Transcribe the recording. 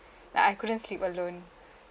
like I couldn't sleep alone